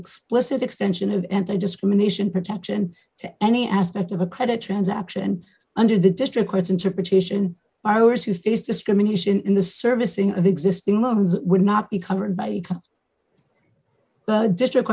explicit extension of enter discrimination protection to any aspect of a credit transaction under the district court's interpretation borrowers who face discrimination in the servicing of existing loans would not be covered by the district